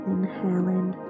Inhaling